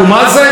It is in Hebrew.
קטונתי,